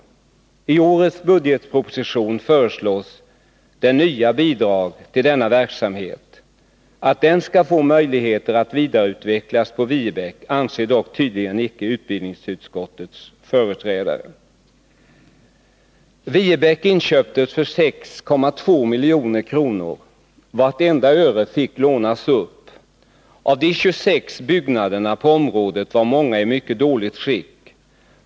I årets budgetproposition föreslås nya bidrag till denna verksamhet. Att den skall få möjligheter att vidareutvecklas på Viebäck anser dock tydligen icke utbildningsutskottets företrädare. byggnaderna på området var många i mycket dåligt skick.